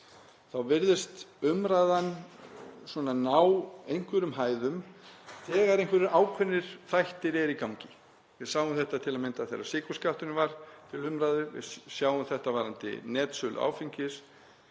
þá virðist umræðan ná einhverjum hæðum þegar ákveðnir þættir eru í gangi. Við sáum þetta til að mynda þegar sykurskatturinn var til umræðu. Við sjáum þetta varðandi netsölu áfengis.